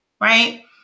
right